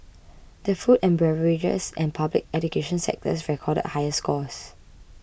the food and beverages and public education sectors recorded higher scores